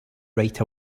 right